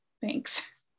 Thanks